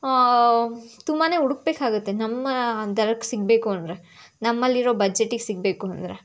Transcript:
ತುಂಬಾ ಹುಡುಕ್ಬೇಕಾಗುತ್ತೆ ನಮ್ಮ ದರಕ್ಕೆ ಸಿಗಬೇಕು ಅಂದರೆ ನಮ್ಮಲ್ಲಿರೋ ಬಜೆಟಿಗೆ ಸಿಗಬೇಕು ಅಂದರೆ